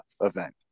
event